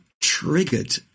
triggered